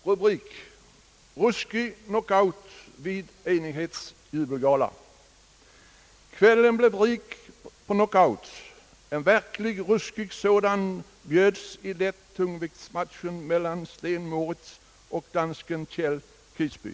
Rubrik: »Ruskig knockout vid Enighets jubel-gala.» Så fortsätter artikeln: »Kvällen blev rik på knockouts och en verkligt ruskig sådan bjöds i lättungviktsmatchen mellan Sten Moritz och dansken Kjeld Kisby.